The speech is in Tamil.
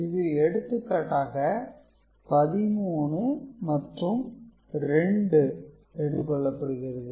இதில் எடுத்துக்காட்டக 13 மற்றும் 2 எடுத்துக் கொள்ளப்படுகிறது